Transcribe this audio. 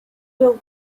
will